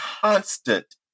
constant